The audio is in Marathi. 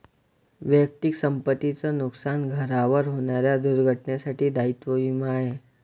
वैयक्तिक संपत्ती च नुकसान, घरावर होणाऱ्या दुर्घटनेंसाठी दायित्व विमा आहे